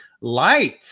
Light